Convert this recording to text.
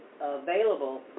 available